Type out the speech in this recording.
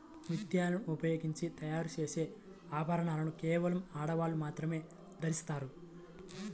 ముత్యాలను ఉపయోగించి తయారు చేసే ఆభరణాలను కేవలం ఆడవాళ్ళు మాత్రమే ధరిస్తారు